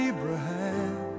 Abraham